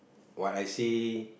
what I see